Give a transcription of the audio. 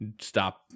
stop